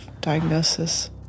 diagnosis